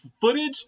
footage